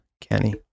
Kenny